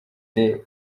the